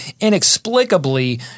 inexplicably